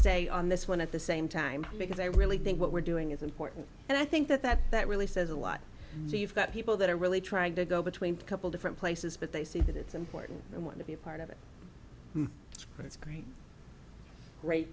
stay on this one at the same time because i really think what we're doing is important and i think that that that really says a lot so you've got people that are really trying to go between a couple different places but they see that it's important and want to be a part of it but it's a great great